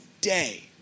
day